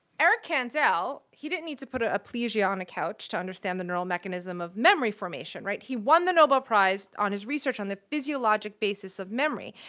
eric kandel, he didn't need to put an ah aplysia on a couch to understand the neural mechanism of memory formation, right? he won the nobel prize on his research on the physiologic basis of memory.